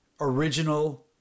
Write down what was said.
original